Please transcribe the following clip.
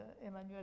Emmanuel